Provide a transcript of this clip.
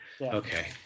Okay